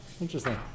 Interesting